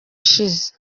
ishize